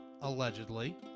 allegedly